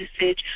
usage